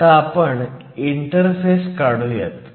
आता आपण इंटरफेस काढुयात